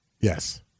Yes